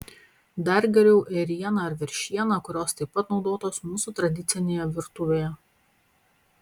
dar geriau ėriena ar veršiena kurios taip pat naudotos mūsų tradicinėje virtuvėje